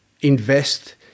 invest